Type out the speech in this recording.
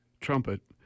trumpet